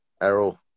Errol